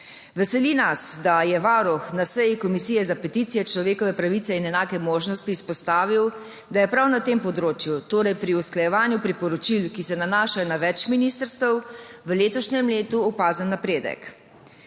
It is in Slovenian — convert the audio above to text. Veseli nas, da je Varuh na seji Komisije za peticije, človekove pravice in enake možnosti izpostavil, da je prav na tem področju, torej pri usklajevanju priporočil, ki se nanašajo na več ministrstev, v letošnjem letu opazen napredek.